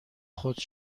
خود